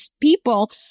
people